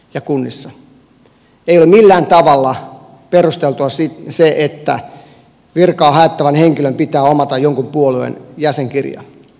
ei ole millään tavalla perusteltua se että virkaa hakevan henkilön pitää omata jonkun puolueen jäsenkirja